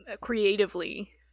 creatively